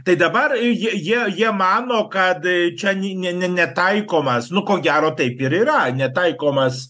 tai dabar jie jie jie mano kad čia ni ne ne netaikomas nu ko gero taip ir yra netaikomas